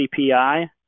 CPI